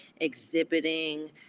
exhibiting